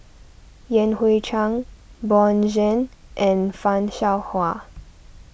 Yan Hui Chang Bjorn Shen and Fan Shao Hua